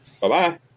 Bye-bye